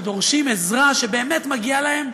שדורשים עזרה שבאמת מגיעה להם,